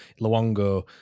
Luongo